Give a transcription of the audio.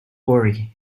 worry